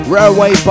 Railway